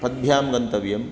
पद्भ्यां गन्तव्यम्